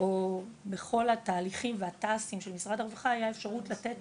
או בכל התהליכים של משרד הרווחה, היה אפשרות לתת